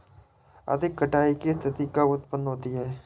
अधिक कटाई की स्थिति कब उतपन्न होती है?